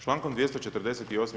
Člankom 248.